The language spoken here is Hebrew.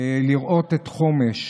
לראות את חומש.